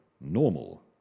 normal